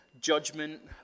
judgment